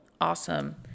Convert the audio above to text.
Awesome